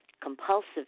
compulsive